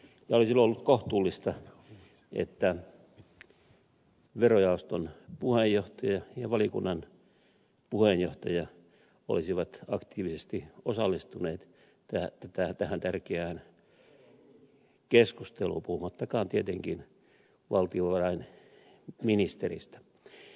olisi ollut kohtuullista että verojaoston puheenjohtaja ja valiokunnan puheenjohtaja olisivat aktiivisesti osallistuneet tähän tärkeään keskusteluun puhumattakaan tietenkin valtiovarainministeristä